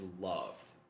loved